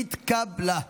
נתקבלה.